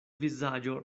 vizaĝo